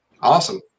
awesome